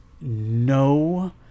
no